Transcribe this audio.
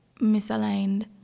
misaligned